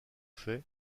fait